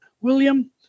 William